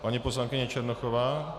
Paní poslankyně Černochová.